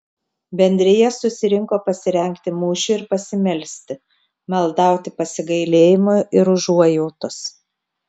bendrija susirinko pasirengti mūšiui ir pasimelsti maldauti pasigailėjimo ir užuojautos